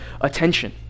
attention